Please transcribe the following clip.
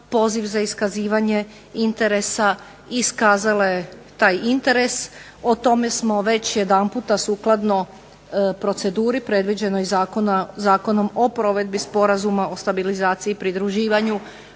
poziv za iskazivanje interese, iskazala je taj interes, o tome smo već jedanputa sukladno proceduri predviđenom Zakonom o provedbi Sporazuma o stabilizaciji i pridruživanju